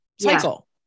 cycle